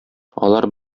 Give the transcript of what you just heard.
алар